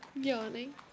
Yawning